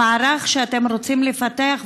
המערך שאתם רוצים לפתח,